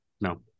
No